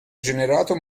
generato